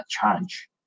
challenge